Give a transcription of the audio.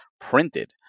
printed